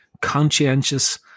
conscientious